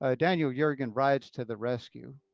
ah daniel yergin rides to the rescue.